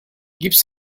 gibst